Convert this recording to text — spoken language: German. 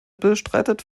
bestreitet